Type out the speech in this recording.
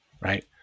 right